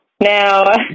Now